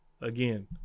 again